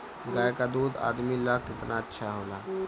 गाय का दूध आदमी ला कितना अच्छा होला?